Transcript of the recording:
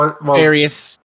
various